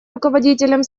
руководителем